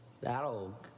That'll